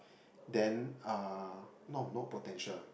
then uh no not potential